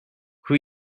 who